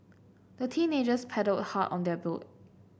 the teenagers paddled hard on their boat